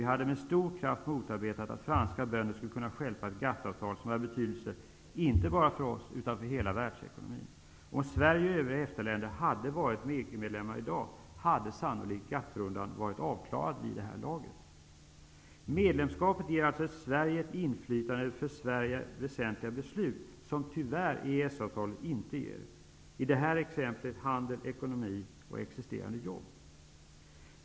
Vi hade med stor kraft motarbetat att franska bönder skulle kunna stjälpa ett GATT avtal som är av betydelse inte bara för oss, utan för hela världsekonomin. Om Sverige och övriga EFTA-länder varit EG-medlemmar i dag hade sannolikt GATT-rundan varit avklarad vid det här laget. Medlemskapet ger Sverige inflytande över för Sverige väsentliga beslut som EES-avtalet tyvärr inte ger: i detta exempel handel, ekonomi och existerande jobb.